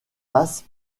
passe